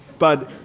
but